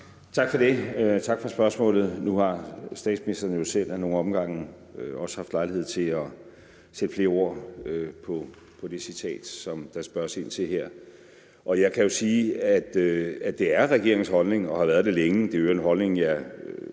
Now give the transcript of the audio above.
Tak for det, og tak for spørgsmålet. Nu har statsministeren jo selv ad nogle omgange også haft lejlighed til at sætte flere ord på det citat, som der spørges ind til her. Jeg kan jo sige, at det er regeringens holdning og har været det længe – det er i øvrigt en holdning, jeg